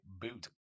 boot